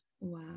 Wow